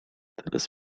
teraz